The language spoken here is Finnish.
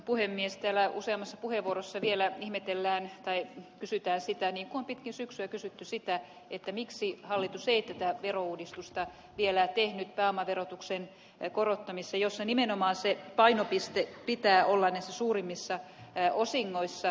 täällä useassa puheenvuorossa vielä kysytään sitä niin kuin on pitkään syksyä kysytty miksi hallitus ei tätä verouudistusta vielä tehnyt pääomaverotuksen korottamisessa jossa nimenomaan painopisteen pitää olla näissä suurimmissa osingoissa